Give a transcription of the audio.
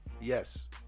Yes